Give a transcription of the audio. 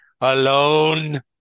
Alone